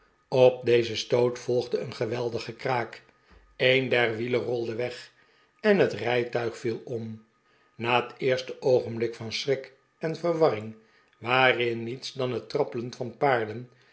op dezen stoot volgde een geweldig gekraak een der wielen rolde weg en het rijtuig viel om na het eerste oogenblik van schrik en verwarring waarin niets dan het trappelen van paarden